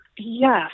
Yes